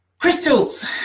Crystals